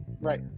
right